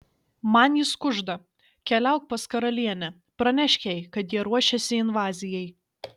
man jis kužda keliauk pas karalienę pranešk jai kad jie ruošiasi invazijai